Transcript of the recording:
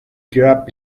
graph